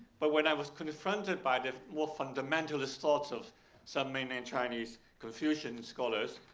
but when i was confronted by the more fundamentalist thoughts of some mainland chinese confucian scholars,